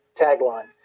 tagline